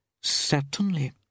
Certainly